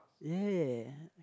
ya